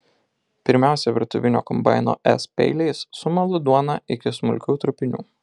pirmiausiai virtuvinio kombaino s peiliais sumalu duoną iki smulkių trupinių